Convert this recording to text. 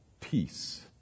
peace